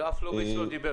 אף לוביסט לא דיבר.